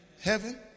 heaven